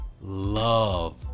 love